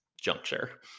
juncture